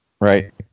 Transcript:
Right